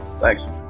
Thanks